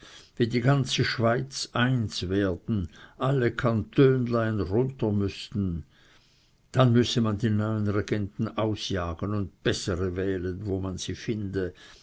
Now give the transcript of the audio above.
wie die ganze schweiz eins werden alle kantönlein runter müßten dann müsse man die neuen regenten ausjagen und bessere wählen wo man sie finde